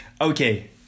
Okay